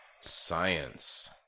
Science